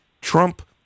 Trump